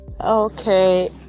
okay